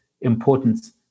importance